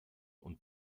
und